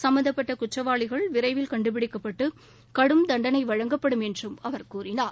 சம்பந்தபட்ட குற்றவாளிகள் விரைவில் கண்டுபிடிக்கப்பட்டு கடும் தண்டனை வழங்கப்படும் என்று அவர் கூறினார்